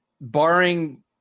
barring